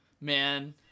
man